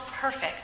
perfect